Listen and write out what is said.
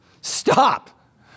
Stop